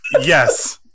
Yes